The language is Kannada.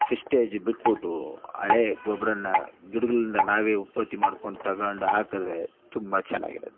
ಫಿಷ್ಟೆಜ್ ಬಿಟ್ಬಿಟ್ಟು ಹಳೆ ಗೊಬ್ಬರನ ಗಿಡಗಳಿಂದ ನಾವೇ ಉತ್ಪತ್ತಿ ಮಾಡ್ಕೊಂಡು ತಗೊಂಡು ಹಾಕದ್ರೆ ತುಂಬ ಚೆನ್ನಾಗಿರತ್ತೆ